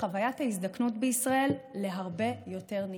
חוויית ההזדקנות בישראל להרבה יותר נעימה.